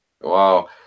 wow